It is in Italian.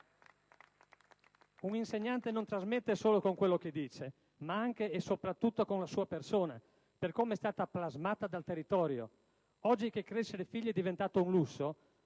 Un insegnante non trasmette solo con quello che dice, ma anche - e soprattutto - con la sua persona, per come è stata plasmata dal territorio. Oggi che crescere figli è diventato un lusso